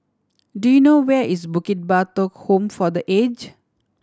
do you know where is Bukit Batok Home for The Age